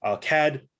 CAD